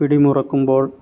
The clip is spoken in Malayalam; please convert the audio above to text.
പിടിമുറുക്കുമ്പോൾ